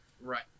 Right